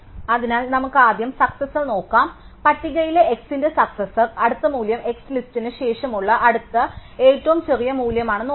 അതിനാൽ നമുക്ക് ആദ്യം സക്സസാർ നോക്കാം അതിനാൽ പട്ടികയിലെ x ന്റെ സക്സസാർ അടുത്ത മൂല്യം x ലിസ്റ്റിന് ശേഷമുള്ള അടുത്ത ഏറ്റവും ചെറിയ മൂല്യം എന്ന് ഓർക്കുക